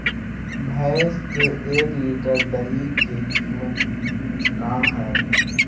भैंस के एक लीटर दही के कीमत का है?